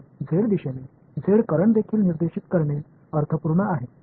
तर झेड दिशेने Z current देखील निर्देशित करणे अर्थपूर्ण आहे